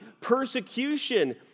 Persecution